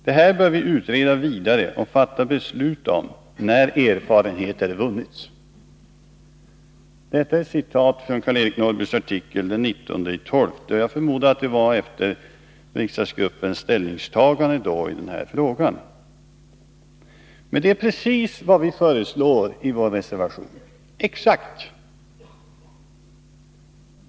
—-- Detta bör vi utreda vidare och fatta beslut om när erfarenheter vunnits.” Detta är alltså citat från Karl-Eric Norrbys artikel den 19 december, och jag förmodar att det var efter riksdagsgruppens ställningstagande i denna fråga. Det är exakt detta som vi föreslår i vår reservation.